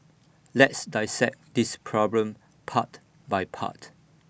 let's dissect this problem part by part